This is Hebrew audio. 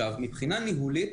מבחינה ניהולית,